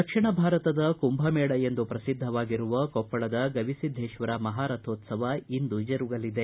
ದಕ್ಷಿಣ ಭಾರತದ ಕುಂಭ ಮೇಳ ಎಂದು ಪ್ರಸಿದ್ಧವಾಗಿರುವ ಕೊಪ್ಪಳದ ಗವಿಸಿದ್ದೇಶ್ವರ ಮಹಾ ರಥೋತ್ತವ ಇಂದು ಜರುಗಲಿದೆ